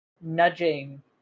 nudging